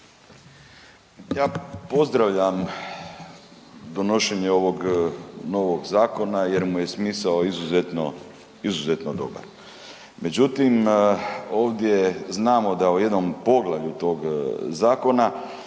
Ja pozdravljam donošenje ovog novog zakona jer mu je smisao izuzetno, izuzetno dobar. Međutim, ovdje znamo da u jednom poglavlju tog zakona